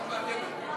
נו, באמת.